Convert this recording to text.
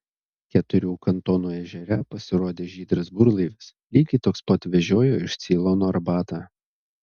keturių kantonų ežere pasirodė žydras burlaivis lygiai toks pat vežiojo iš ceilono arbatą